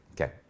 Okay